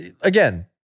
again